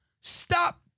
Stop